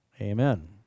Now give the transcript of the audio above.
Amen